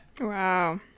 Wow